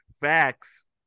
Facts